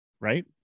right